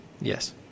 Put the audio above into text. Yes